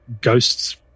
ghosts